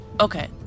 okay